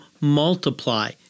multiply